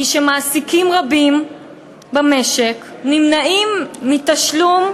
הוא שמעסיקים רבים במשק נמנעים מתשלום,